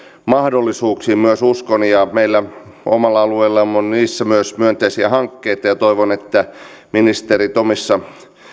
mahdollisuuksiin myös uskon meillä on omilla alueillamme myös niissä myönteisiä hankkeita ja ja toivon että ministerit omissa